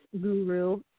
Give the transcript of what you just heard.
guru